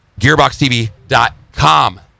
GearboxTV.com